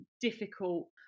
difficult